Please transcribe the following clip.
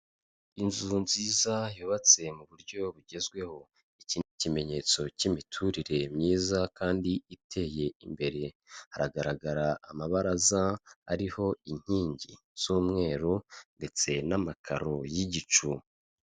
Inzu nziza yubatse mu buryo bugezweho. Iki ni ikimenyetso cy'imiturire myiza kandi iteye imbere. Hagaragara amabaraza ariho inkingi z'umweru ndetse n'amakaro y'igicu.